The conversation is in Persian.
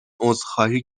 عذرخواهی